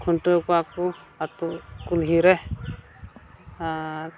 ᱠᱷᱩᱱᱴᱟᱹᱣ ᱠᱚᱣᱟ ᱠᱚ ᱟᱛᱳ ᱠᱩᱞᱦᱤ ᱨᱮ ᱟᱨ